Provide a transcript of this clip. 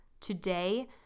today